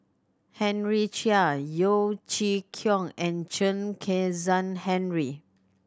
Henry Chia Yeo Chee Kiong and Chen Kezhan Henri